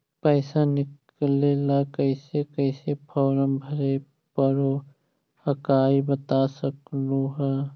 पैसा निकले ला कैसे कैसे फॉर्मा भरे परो हकाई बता सकनुह?